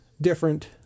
different